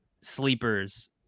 sleepers